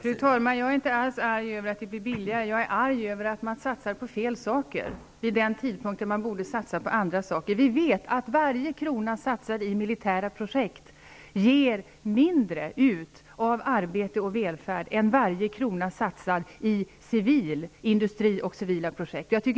Fru talman! Jag är inte alls arg över att det blir billigare. Jag är arg över att man satsar på fel saker vid en tidpunkt då man borde satsa på andra saker. Vi vet att varje krona som satsas i militära projekt ger mindre av arbete och välfärd än varje krona som satsas i civil industri, i civilia projekt.